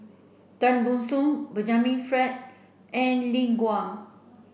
Tan Ban Soon Benjamin Frank and Lin